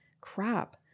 crap